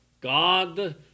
God